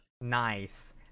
Nice